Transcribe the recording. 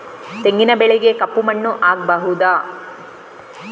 ತೆಂಗಿನ ಬೆಳೆಗೆ ಕಪ್ಪು ಮಣ್ಣು ಆಗ್ಬಹುದಾ?